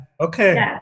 okay